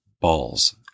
Balls